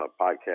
podcast